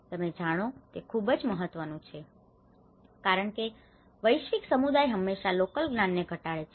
તમે જાણો છે કે તે ખુબજ મહત્વનું છે કારણ કે વૈજ્ઞાનિક સમુદાય હંમેશા લોકલ જ્ઞાનને ઘટાડે છે